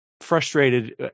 frustrated